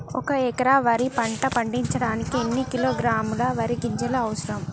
ఒక్క ఎకరా వరి పంట పండించడానికి ఎన్ని కిలోగ్రాముల వరి గింజలు అవసరం?